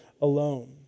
alone